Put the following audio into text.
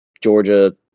Georgia